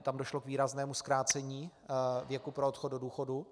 Tam došlo k výraznému zkrácení věku pro odchod do důchodu.